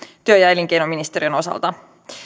työ ja elinkeinoministeriön osalta